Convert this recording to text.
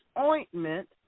ointment